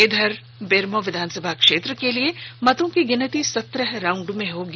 इधर बेरमो विधानसभा क्षेत्र के लिए मतों की गिनती सत्रह राउंड में होगी